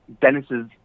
Dennis's